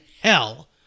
hell